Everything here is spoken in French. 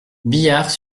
biars